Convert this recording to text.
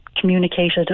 communicated